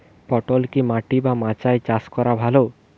পটল কি মাটি বা মাচায় চাষ করা ভালো?